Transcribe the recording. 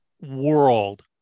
world